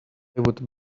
would